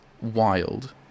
wild